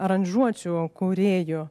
aranžuočių kūrėju